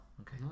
okay